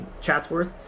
chatsworth